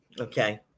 Okay